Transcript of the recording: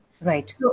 Right